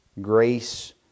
grace